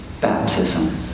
baptism